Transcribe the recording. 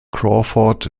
crawford